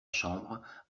chambre